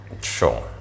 Sure